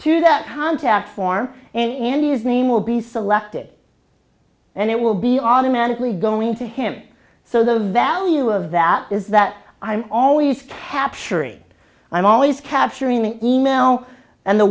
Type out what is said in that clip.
to that contact form and andy's name will be selected and it will be automatically going to him so the value of that is that i'm always capturing i'm always capturing the email and the